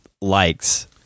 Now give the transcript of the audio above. likes